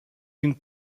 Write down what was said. une